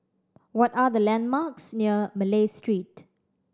what are the landmarks near Malay Street